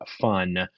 fun